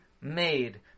made